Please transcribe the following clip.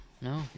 No